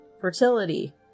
fertility